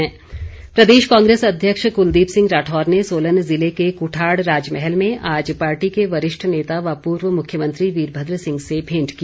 कांग्रे स प्रदेश कांग्रेस अध्यक्ष कुलदीप सिंह राठौर ने सोलन जिले के कुठाड़ राजमहल में आज पार्टी के वरिष्ठ नेता व पूर्व मुख्यमंत्री वीरभद्र सिंह से भेंट की